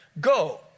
Go